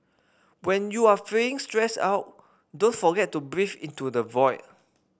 when you are feeling stressed out don't forget to breathe into the void